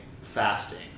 fasting